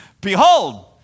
Behold